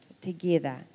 together